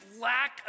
lack